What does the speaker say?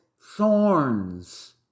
thorns